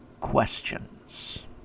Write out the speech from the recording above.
questions